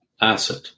asset